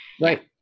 right